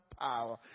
power